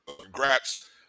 congrats